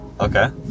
Okay